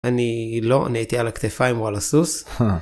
אני לא, אני הייתי על הכתפיים או על הסוס.